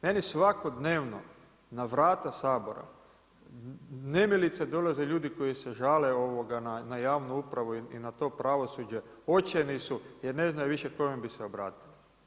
Meni svakodnevno na vrata Sabora, nemilice dolaze ljudi koji se žale na javnu upravu i na to pravosuđe, očajni su jer ne znaju više kome bi se obratili.